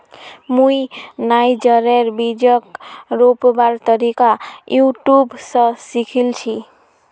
मुई नाइजरेर बीजक रोपवार तरीका यूट्यूब स सीखिल छि